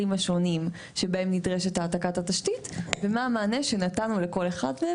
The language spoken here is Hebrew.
השונים שבהם נדרשת העתקת התשתית ומה המענה שנתנו לכל אחד מהם,